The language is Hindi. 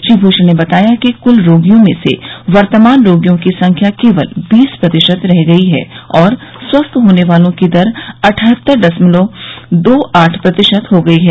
श्री भूषण ने बताया कि क्ल रोगियों में से वर्तमान रोगियों की संख्या केवल बीस प्रतिशत रह गई है और स्वस्थ होने वालों की दर अठहत्तर दशमलव दो आठ प्रतिशत हो गई है